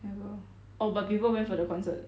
never orh but people went for the concert